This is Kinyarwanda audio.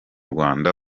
rwanda